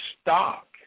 stock